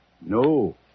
No